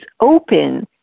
open